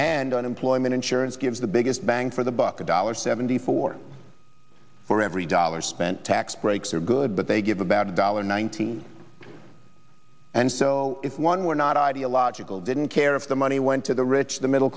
and unemployment insurance gives the biggest bang for the buck a dollar seventy four for every dollar spent tax breaks are good but they give about a dollar ninety and so if one were not ideological didn't care of the money went to the rich the middle